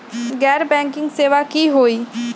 गैर बैंकिंग सेवा की होई?